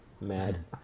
mad